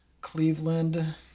Cleveland